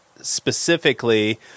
specifically